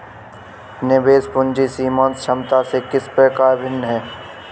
निवेश पूंजी सीमांत क्षमता से किस प्रकार भिन्न है?